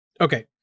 Okay